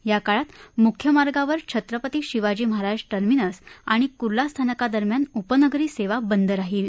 या काळात मुख्य मार्गावर छत्रपती शिवाजी महाराज टर्मिनस आणि कुर्ला स्थानकादरम्यान उपनगरी सेवा बंद राहील